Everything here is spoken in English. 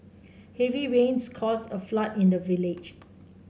heavy rains caused a flood in the village